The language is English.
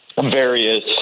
various